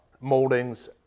moldings